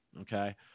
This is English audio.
Okay